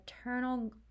eternal